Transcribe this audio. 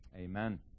Amen